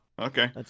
okay